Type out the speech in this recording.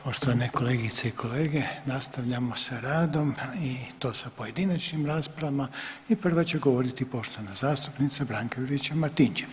Poštovane kolegice i kolege nastavljamo sa radom i to sa pojedinačnim raspravama i prva će govoriti poštovana zastupnica Branka Juričev Martinčev.